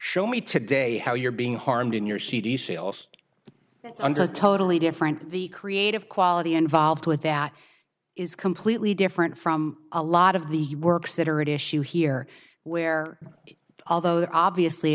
show me today how you're being harmed in your cd sales under a totally different the creative quality involved with that is completely different from a lot of the works that are at issue here where although there obviously